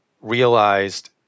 realized